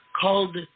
called